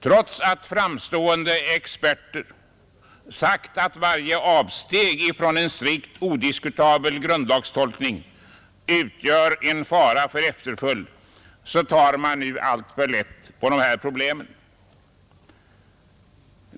Trots att framstående experter har sagt att varje avsteg från en strikt odiskutabel grundlagstolkning utgör en fara för efterföljd, tar man nu alltför lätt på detta problem.